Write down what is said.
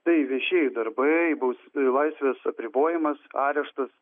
tai viešieji darbai bus laisvės apribojimas areštas